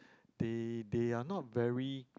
they they are not very